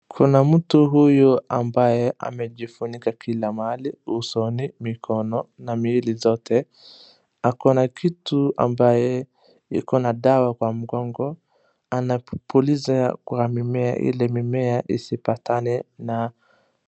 Kuna mtu huyu ambaye amejifunika kila mahali. Usoni, mikono na miili zote. Ako na kitu ambaye iko na dawa kwa mgongo. Anapuliza kwa mimea ili mimea isipatane na.